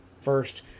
first